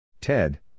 Ted